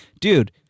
dude